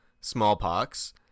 smallpox